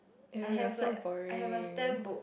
ill you are so boring